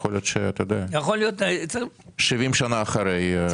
יכול להיות ש-70 שנה אחרי אפשר גם לתקן.